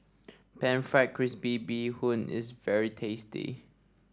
pan fried crispy Bee Hoon is very tasty